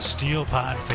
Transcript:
SteelPod